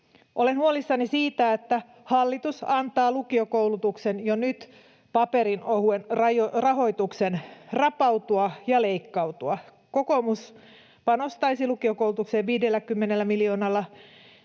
Olen huolissani siitä, että hallitus antaa lukiokoulutuksen jo nyt paperinohuen rahoituksen rapautua ja leikkautua. Kokoomus panostaisi lukiokoulutukseen 50 miljoonalla